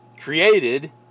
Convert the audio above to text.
created